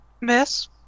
miss